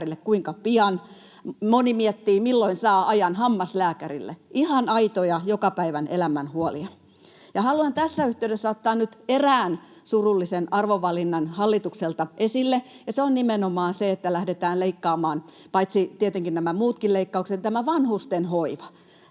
kuinka pian. Moni miettii, milloin saa ajan hammaslääkärille. Ihan aitoja joka päivän elämän huolia. Haluan tässä yhteydessä ottaa nyt esille erään surullisen arvovalinnan hallitukselta, ja se on nimenomaan se, että lähdetään leikkaamaan vanhustenhoivasta — paitsi tietenkin nämä muutkin leikkaukset. Se on mielestäni aivan